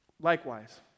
likewise